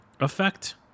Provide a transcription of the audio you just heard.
effect